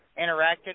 interacted